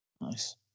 nice